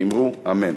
ואמרו אמן.